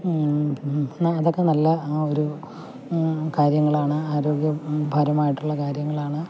അതക്കെ നല്ല ആ ഒരു കാര്യങ്ങളാണ് ആരോഗ്യം പരമായിട്ടുള്ള കാര്യങ്ങളാണ്